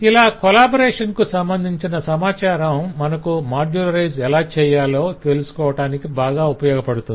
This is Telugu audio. ఇలా కొలాబరేషన్ కు సంబంధించిన సమాచారం మనకు మాడ్యులరైజ్ ఎలా చెయ్యాలో తెలుసుకోవటానికి బాగా ఉపయోగపడుతుంది